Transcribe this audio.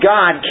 God